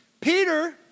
Peter